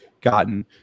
gotten